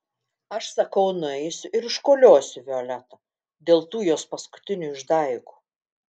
aš sakau nueisiu ir iškoliosiu violetą dėl tų jos paskutinių išdaigų